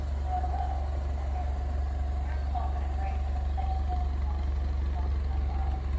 well, well, he said airily there is often a great deal of sentimental nonsense talked about love,